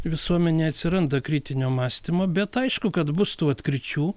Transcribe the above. visuomenėj atsiranda kritinio mąstymo bet aišku kad bus tų atkričių